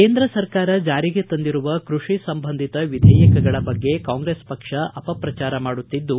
ಕೇಂದ್ರ ಸರ್ಕಾರ ಜಾರಿಗೆ ತಂದಿರುವ ಕೃಷಿ ಸಂಬಂಧಿತ ವಿಧೇಯಕಗಳ ಬಗ್ಗೆ ಕಾಂಗ್ರೆಸ್ ಪಕ್ಷ ಅಪಪ್ರಚಾರ ಮಾಡುತ್ತಿದ್ದು